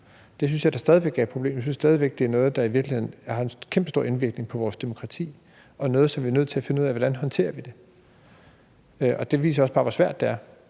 Det synes jeg da stadig væk er et problem, og jeg synes stadig væk, det er noget, der i virkeligheden har en kæmpestor indvirkning på vores demokrati, noget, som vi er nødt til at finde ud af hvordan vi håndterer. Det viser også bare, hvor svært det er,